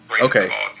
okay